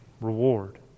reward